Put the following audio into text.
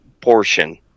portion